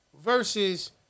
versus